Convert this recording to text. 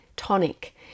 Tonic